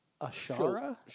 Ashara